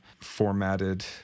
formatted